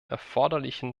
erforderlichen